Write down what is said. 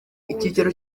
icyicaro